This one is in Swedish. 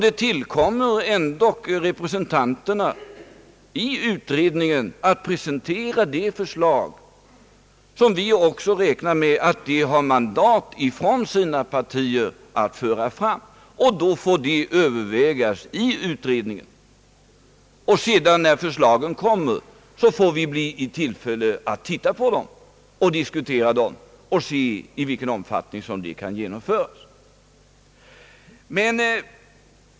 Det tillkommer ändock representanterna i utredningen att presentera de förslag som vi räknar med att de har mandat från sina partier att föra fram. Dessa förslag får sedan övervägas inom utredningen, och när förslagen kommer får vi tillfälle att diskutera dem och se i vilken omfattning de kan genomföras.